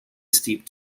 steep